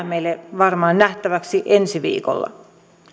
meille varmaan nähtäväksi ensi viikolla